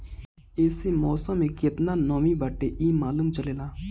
एसे मौसम में केतना नमी बाटे इ मालूम चलेला